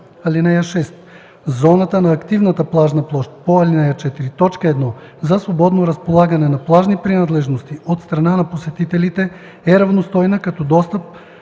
наем. (6) Зоната на активната плажна площ по ал. 4, т. 1 за свободно разполагане на плажни принадлежности от страна на посетителите е равностойна като достъп